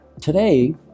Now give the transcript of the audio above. today